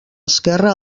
esquerra